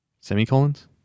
Semicolons